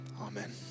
Amen